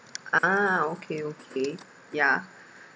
ah okay okay yeah